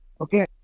Okay